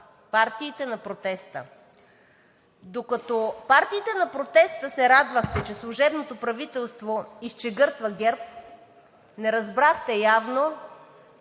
партиите на протеста. Докато партиите на протеста се радвахте, че служебното правителство „изчегъртва“ ГЕРБ, не разбрахте явно,